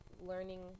learning